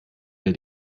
der